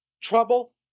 trouble